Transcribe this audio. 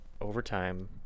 overtime